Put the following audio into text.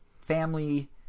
family